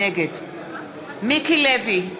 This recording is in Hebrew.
נגד מיקי לוי,